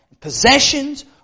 possessions